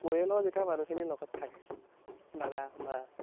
পৰিয়ালৰ যেতিয়া মানুহখিনি লগত থাকে দাদা মা